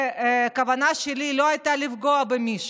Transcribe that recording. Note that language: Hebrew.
הכוונה שלי לא הייתה לפגוע במישהו.